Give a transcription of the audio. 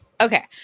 okay